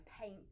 paint